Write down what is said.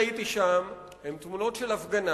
הן תמונות של הפגנה